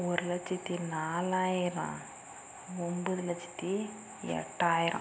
ஒரு லட்சத்து நாலாயிரம் ஒம்பது லட்சத்து எட்டாயிரம்